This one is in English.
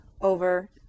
over